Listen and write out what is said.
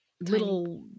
little